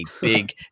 big